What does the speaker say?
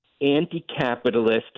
anti-capitalist